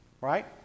right